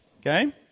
Okay